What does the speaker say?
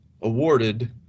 awarded